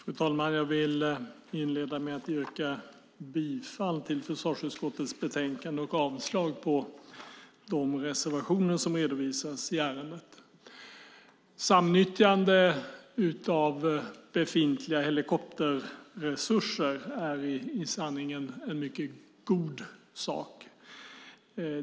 Fru talman! Jag vill inleda med att yrka bifall till förslaget i försvarsutskottets betänkande och avslag på de reservationer som redovisas i ärendet. Samnyttjande av befintliga helikopterresurser är i sanning en mycket god sak.